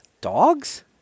Dogs